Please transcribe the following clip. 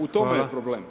U tome je problem.